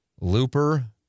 Looper